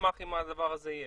אשמח אם הדבר הזה יהיה.